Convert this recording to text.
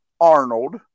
Arnold